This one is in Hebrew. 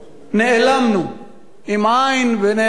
נעלמנו ונאלמנו.